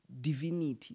divinity